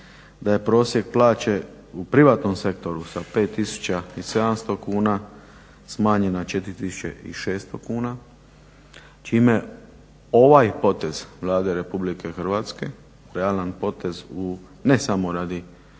da je prosjek plaće u privatnom sektoru sa 5700 kuna smanjen na 4600 kuna čime ovaj potez Vlade RH, realan potez ne samo radi